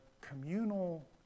communal